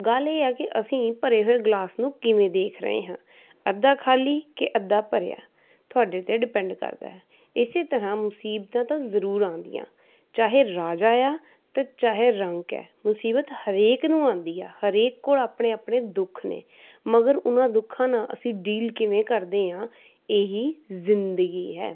ਗੱਲ ਇਹ ਹੈ ਕਿ ਅਸੀਂ ਭਰੇ ਹੋਏ ਗਿਲਾਸ ਨੂੰ ਕਿਵੇਂ ਦੇਖ ਰਹੇ ਹਾਂ ਅੱਧਾ ਖਾਲੀ ਕਿ ਅੱਧਾ ਭਰਿਆ ਤੁਹਾਡੇ 'ਤੇ ਡਿਪੈਂਡ ਕਰਦਾ ਹੈ ਇਸ ਤਰ੍ਹਾਂ ਮੁਸੀਬਤਾਂ ਤਾਂ ਜ਼ਰੂਰ ਆਉਂਦੀਆਂ ਚਾਹੇ ਰਾਜਾ ਆ ਅਤੇ ਚਾਹੇ ਰੰਕ ਹੈ ਮੁਸੀਬਤ ਹਰੇਕ ਨੂੰ ਆਉਂਦੀ ਆ ਹਰੇਕ ਕੋਲ ਆਪਣੇ ਆਪਣੇ ਦੁੱਖ ਨੇ ਮਗਰ ਉਹਨਾਂ ਦੁੱਖਾਂ ਨਾਲ ਅਸੀਂ ਡੀਲ ਕਿਵੇਂ ਕਰਦੇ ਹਾਂ ਇਹੀ ਜ਼ਿੰਦਗੀ ਹੈ